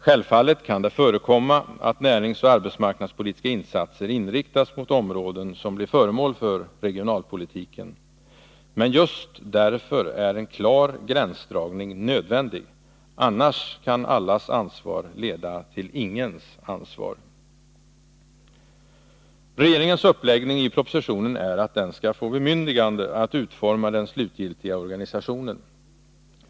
Självfallet kan det förekomma att näringsoch arbetsmarknadspolitiska insatser inriktas mot områden som blir föremål för regionalpolitiken. Men just därför är en klar gränsdragning nödvändig. Annars kan allas ansvar leda till ingens ansvar. Regeringens uppläggning i propositionen är att den skall få bemyndigande att utforma den slutgiltiga organisationen.